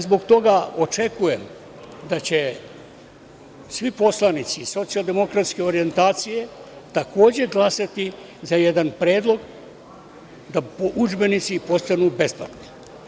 Zbog toga očekujem da će svi poslanici socijaldemokratske orjentacije takođe glasati za jedan predlog da udžbenici postanu besplatni.